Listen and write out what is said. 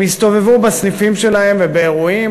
הם יסתובבו בסניפים שלהם ובאירועים,